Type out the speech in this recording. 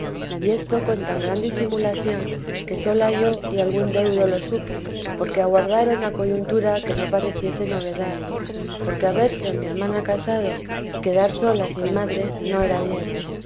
y esto con tan gran disimulación que sola yo y algún deudo lo supo porque aguardaron a coyuntura que no pareciese novedad porque haberse mi hermana casado y quedar sola sin madre no era bien